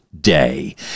day